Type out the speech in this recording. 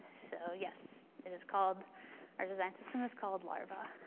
so yes, it is called our design system is called larva.